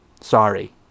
Sorry